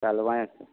कालवांय आसा